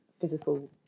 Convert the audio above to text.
physical